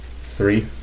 Three